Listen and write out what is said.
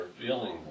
feeling